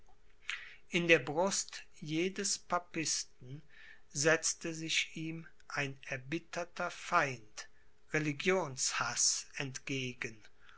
in der brust jedes papisten setzte sich ihm ein erbitterter feind religionshaß entgegen